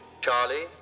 charlie